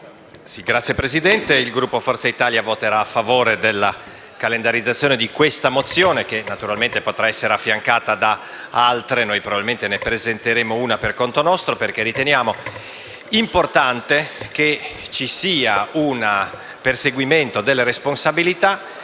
Signor Presidente, il Gruppo Forza Italia voterà a favore della calendarizzazione di questa mozione, che naturalmente potrà essere affiancata da altre mozioni. Noi probabilmente ne presenteremo una per conto nostro, perché riteniamo importante che ci sia il perseguimento delle responsabilità